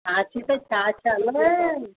छाछ त छाछ आहे न